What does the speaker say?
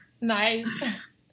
Nice